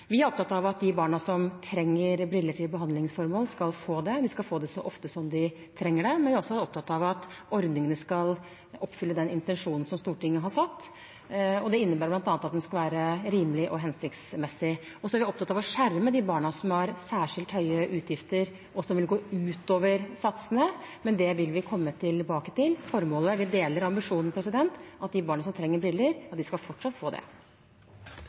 Vi er opptatt av at de barna som trenger briller til behandlingsformål, skal få det, og de skal få det så ofte som de trenger det. Men vi er også opptatt av at ordningene skal oppfylle den intensjonen som Stortinget har satt, og det innebærer bl.a. at den skal være rimelig og hensiktsmessig. Vi er opptatt av å skjerme de barna som har særskilt høye utgifter, som vil gå utover satsene, men det vil vi komme tilbake til. Vi deler ambisjonen om at de barna som trenger briller, fortsatt skal få det.